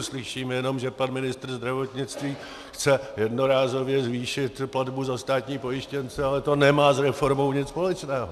Slyšíme jenom, že pan ministr zdravotnictví chce jednorázově zvýšit platbu za státní pojištěnce, ale to nemá s reformou nic společného.